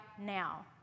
now